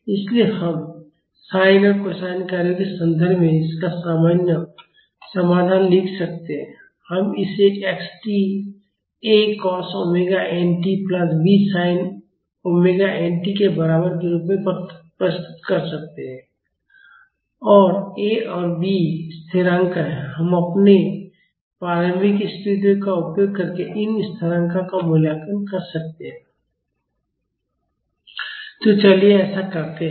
इसलिए हम साइन और कोसाइन कार्यों के संदर्भ में इसका सामान्य समाधान लिख सकते हैं हम इसे xt A cos omega n t plus B sin omega n t के बराबर के रूप में प्रस्तुत कर सकते हैं और ए और बी स्थिरांक हैं हम अपने प्रारंभिक स्थितियाँ का उपयोग करके इन स्थिरांक का मूल्यांकन कर सकते हैं तो चलिए ऐसा करते हैं